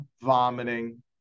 vomiting